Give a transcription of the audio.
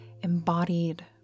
embodied